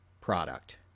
product